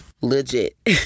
legit